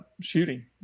shooting